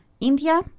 India